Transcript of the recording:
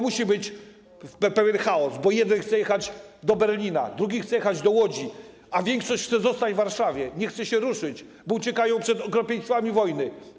Musi być pewien chaos, bo jeden chce jechać do Berlina, drugi chce jechać do Łodzi, a większość chce zostać w Warszawie, nie chce się ruszyć, bo ucieka przed okropieństwami wojny.